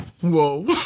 Whoa